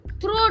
throat